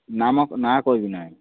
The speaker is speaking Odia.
ନାମ ନାଁ କହିବି ନାହିଁ